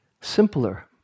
simpler